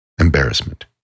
Embarrassment